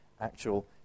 actual